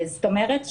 זאת אומרת,